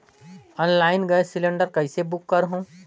Online gas cylinder कइसे book करहु?